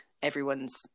everyone's